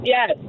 Yes